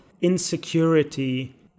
insecurity